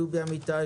דובי אמיתי,